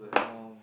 !wow!